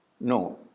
No